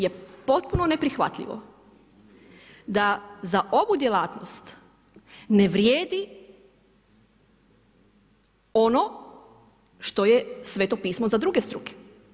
Stoga je potpuno neprihvatljivo da za ovu djelatnost ne vrijedi ono što je Sveto pismo za druge struke.